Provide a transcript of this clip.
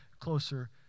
closer